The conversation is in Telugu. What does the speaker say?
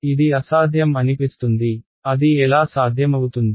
ఇది అసాధ్యం అనిపిస్తుంది అది ఎలా సాధ్యమవుతుంది